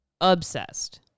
Obsessed